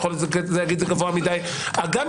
אתה יכול להגיד שזה גבוה מידי.